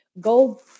Go